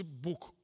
book